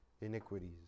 iniquities